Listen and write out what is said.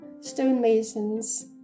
stonemasons